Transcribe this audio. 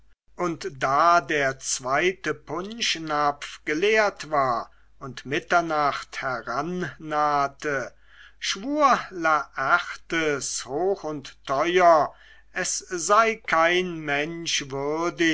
und da der zweite punschnapf geleert war und mitternacht herannahte schwur laertes hoch und teuer es sei kein mensch würdig